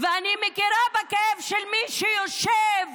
ואני מכירה בכאב של מי שיושב